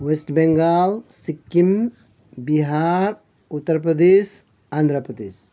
West Bengal Sikkim Bihar Uttar Pradesh Andhra Pradesh